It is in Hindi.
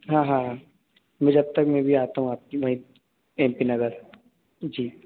हाँ हाँ हाँ मै जब तक मैं भी आता हूँ आपकी वही एम पी नगर जी